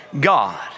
God